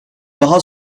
daha